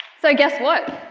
so guess what?